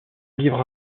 livres